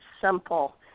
simple